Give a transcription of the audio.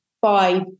five